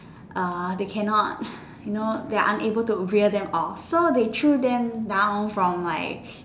uh they cannot you know they are unable to rear them off so they threw them down from like